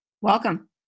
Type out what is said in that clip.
Welcome